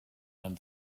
and